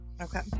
okay